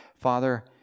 Father